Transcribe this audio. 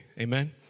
Amen